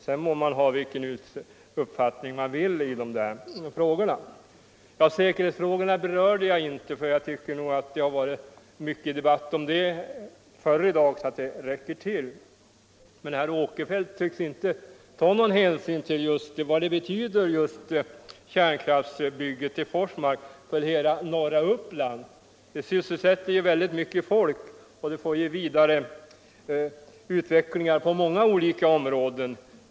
Sedan må man ha vilken uppfattning man vill i dessa frågor. Jag berörde inte säkerhetsfrågorna, eftersom jag ansåg att det har varit tillräckligt mycket debatt om dem tidigare i dag. Herr Åkerfeldt tycks inte ta någon hänsyn till vad just kärnkraftsbygget i Forsmark betyder för hela norra Uppland. Det sysselsätter mycket folk och medför vidareutveckling på många olika områden.